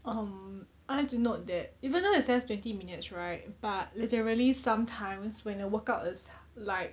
um I like to note that even though it's just twenty minutes right but literally some times when the workout is like